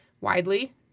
widely